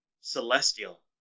Celestial